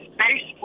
Space